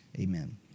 Amen